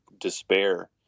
despair